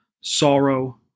sorrow